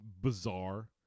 bizarre